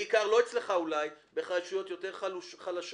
לא אצלך אולי אבל ברשויות יותר חלשות,